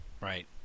Right